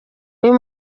uyu